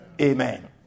Amen